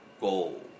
goal